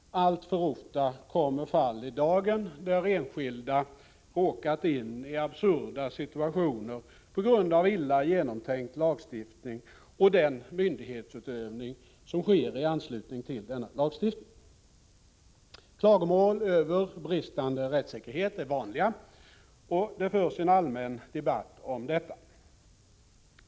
Alltför ofta kommer fall i dagen där enskilda råkat in i absurda situationer på grund av illa genomtänkt lagstiftning och den myndighetsutövning som sker i anslutning till denna lagstiftning. Klagomål över bristande rättssäkerhet är vanliga, och det förs en allmän debatt om detta.